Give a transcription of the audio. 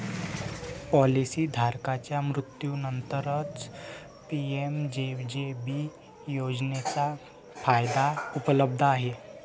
policy धारकाच्या मृत्यूनंतरच PMJJB योजनेचा फायदा उपलब्ध आहे